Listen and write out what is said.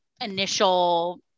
initial